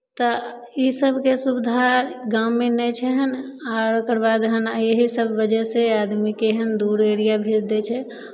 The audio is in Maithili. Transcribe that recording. तऽ ई सभके सुविधा गाँवमे नहि छै एहन आ एकर बाद एहन एहि सभ वजहसँ आदमीके एहन दूर एरिया भेज दै छै